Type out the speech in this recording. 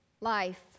life